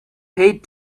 paid